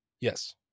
Yes